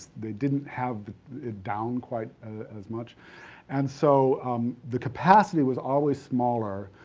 they didn't have down quite as much and so the capacity was always smaller,